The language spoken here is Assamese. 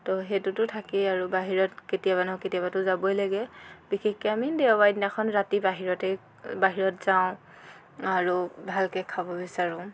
তো সেইটোতো থাকেই আৰু বাহিৰত কেতিয়াবা নহয় কেতিয়াবাতো যাবই লাগে বিশেষকৈ আমি দেওবাৰেদিনাখন ৰাতি বাহিৰতে বাহিৰত যাওঁ আৰু ভালকৈ খাব বিচাৰোঁ